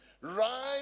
Right